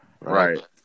Right